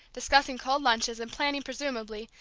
discussing cold lunches, and planning, presumably,